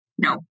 No